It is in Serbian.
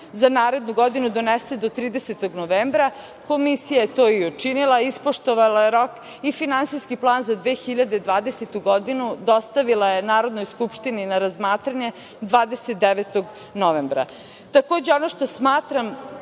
za narednu godinu donese do 30. novembra. Komisija je to i učinila, ispoštovala je rok i Finansijski plan za 2020. godinu dostavila je Narodnoj skupštini na razmatranje 29. novembra. Takođe, ono što smatram